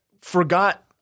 forgot